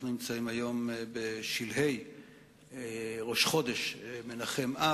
אנחנו נמצאים היום בשלהי ראש חודש מנחם-אב,